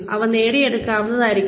അവ നേടിയെടുക്കാവുന്നതായിരിക്കണം